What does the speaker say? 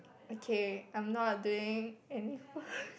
okay I'm not doing any work